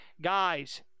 guys